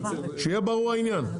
שיהיה ברור העניין.